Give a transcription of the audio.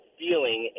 feeling